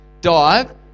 dive